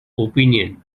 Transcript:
opinion